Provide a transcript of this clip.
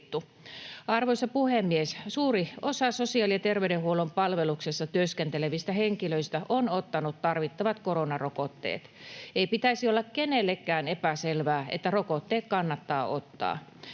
Arvoisa puhemies! Suuri osa sosiaali‑ ja terveydenhuollon palveluksessa työskentelevistä henkilöistä on ottanut tarvittavat koronarokotteet. Ei pitäisi olla kenellekään epäselvää, että rokotteet kannattaa ottaa.